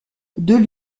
deux